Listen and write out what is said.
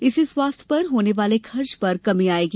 इससे स्वास्थ्य पर होने वाले खर्च पर कमी आयेगी